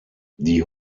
die